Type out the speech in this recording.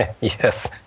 Yes